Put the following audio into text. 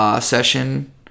Session